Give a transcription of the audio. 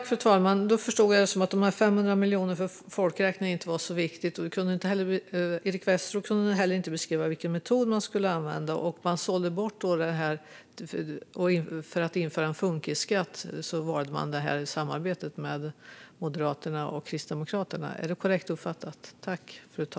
Fru talman! Jag förstår det som att de 500 miljonerna till folkräkningen inte var så viktiga. Eric Westroth kunde inte heller beskriva vilken metod som skulle användas. Man sålde alltså bort det; för att införa en funkisskatt valde man samarbetet med Moderaterna och Kristdemokraterna. Är det korrekt uppfattat?